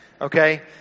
Okay